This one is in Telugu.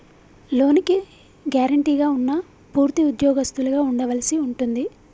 లోనుకి గ్యారెంటీగా ఉన్నా పూర్తి ఉద్యోగస్తులుగా ఉండవలసి ఉంటుంది